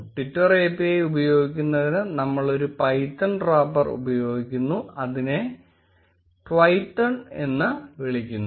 Twitter API ഉപയോഗിക്കുന്നതിന് നമ്മൾ ഒരു പൈത്തൺ റാപ്പർ ഉപയോഗിക്കുന്നു അതിനെ Twython എന്ന് വിളിക്കുന്നു